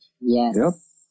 Yes